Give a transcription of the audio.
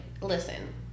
listen